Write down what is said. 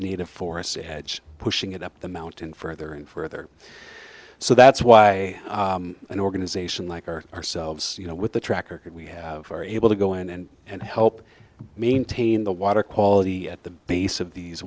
native forests a hedge pushing it up the mountain further and further so that's why an organization like our ourselves you know with the tracker that we have are able to go in and and help maintain the water quality at the base of these